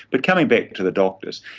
but coming back to the doctors,